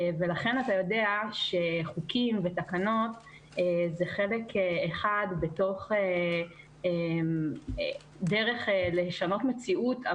ולכן אתה יודע שחוקים ותקנות הם חלק אחד בתוך דרך לשנות מציאות.